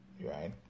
right